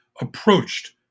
approached